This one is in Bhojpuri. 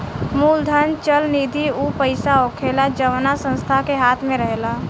मूलधन चल निधि ऊ पईसा होखेला जवना संस्था के हाथ मे रहेला